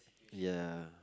ya